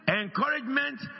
encouragement